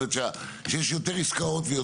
יש יותר עסקאות.